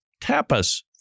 tapas